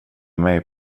mig